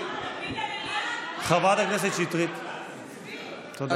חברת הכנסת שטרית, תודה.